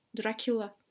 Dracula